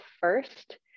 first